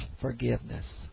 forgiveness